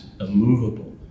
immovable